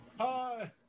Hi